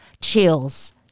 chills